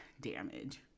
damage